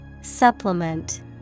Supplement